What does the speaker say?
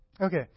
Okay